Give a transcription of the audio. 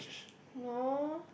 no